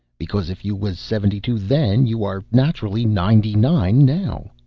because, if you was seventy-two then, you are naturally ninety nine now.